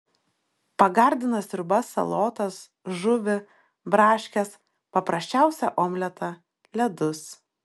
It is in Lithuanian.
pagardina sriubas salotas žuvį braškes paprasčiausią omletą ledus